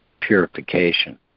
purification